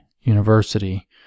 university